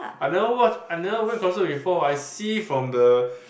I never watch I never went concert before I see from the